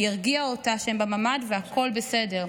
היא הרגיעה אותה שהם בממ"ד והכול בסדר,